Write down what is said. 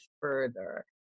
further